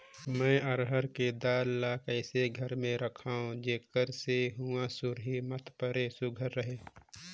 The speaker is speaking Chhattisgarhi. मैं अरहर कर दाल ला कइसे घर मे रखों जेकर से हुंआ सुरही मत परे सुरक्षित रहे?